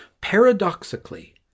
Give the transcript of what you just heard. paradoxically